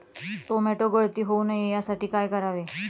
Tomato गळती होऊ नये यासाठी काय करावे?